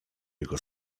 jego